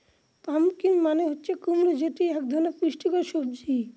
pumpkin মানে হচ্ছে কুমড়ো যেটি এক পুষ্টিকর সবজি